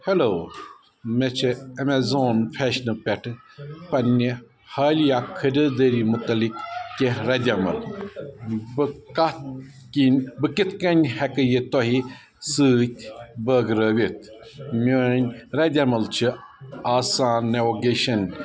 hello مےٚ چھِ Amazon فیشنہٕ پٮ۪ٹھ پننہِ حالی اَکھ خٔریٖدٲری متعلق کیٚنٛہہ رَدِ عمل بہٕ کَتھ کِنۍ بہٕ کِتھ کٔنۍ ہیٚکہٕ یہِ تۄہہِ سۭتۍ بٲگرٲیِتھ میٛٲنۍ ردِ عمل چھِ آسان نیٛوگیشن